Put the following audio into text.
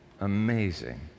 Amazing